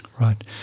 right